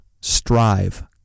Strive